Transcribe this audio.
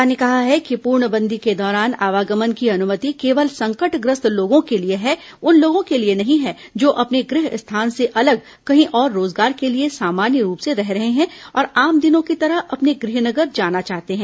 सरकार ने कहा है कि पूर्णबंदी के दौरान आवागमन की अनुमति केवल संकटग्रस्त लोगों के लिए है उन लोगों के लिए नहीं है जो अपने गृह स्थान से अलग कहीं और रोजगार के लिए सामान्य रूप से रह रहे हैं और आम दिनों की तरह अपने गृह नगर जाना चाहते हैं